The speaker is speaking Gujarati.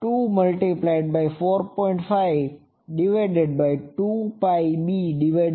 તેથી s 2×4